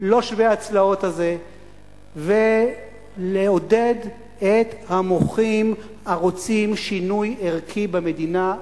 לא שווה הצלעות הזה ולעודד את המוחים הרוצים שינוי ערכי במדינה.